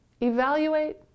evaluate